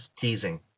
teasing